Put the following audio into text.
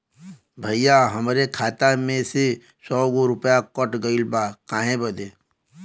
भईया हमरे खाता में से सौ गो रूपया कट गईल बा काहे बदे?